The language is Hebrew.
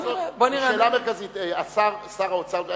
השאלה המרכזית, אז בוא נראה, בוא נראה.